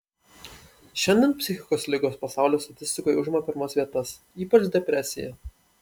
šiandien psichikos ligos pasaulio statistikoje užima pirmas vietas ypač depresija